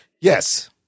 Yes